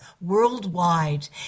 worldwide